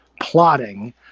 plotting